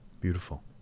Beautiful